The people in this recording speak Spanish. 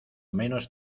menos